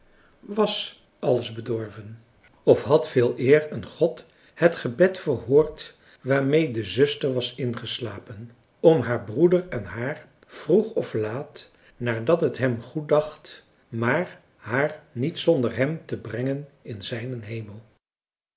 was alles bedorven of had veeleer een god het gebed verhoord waarmee de zuster was ingeslapen om haar broeder en haar vroeg of laat naardat het hem goeddacht maar haar niet zonder hem te brengen in zijnen hemel